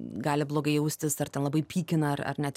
gali blogai jaustis ar ten labai pykina ar ar net